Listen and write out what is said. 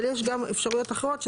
אבל יש גם אפשרויות אחרות,